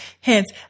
Hence